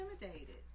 intimidated